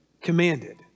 commanded